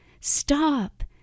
stop